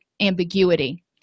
ambiguity